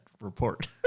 report